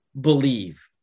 believe